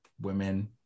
women